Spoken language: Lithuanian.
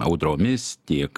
audromis tiek